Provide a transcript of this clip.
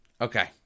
Okay